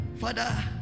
Father